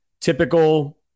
Typical